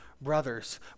brothers